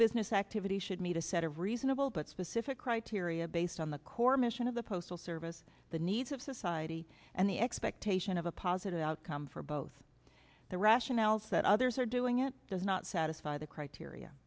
business activity should meet a set of reasonable but specific criteria based on the core mission of the postal service the needs of society and the expectation of a positive outcome for both the rationales that others are doing it does not satisfy the criteria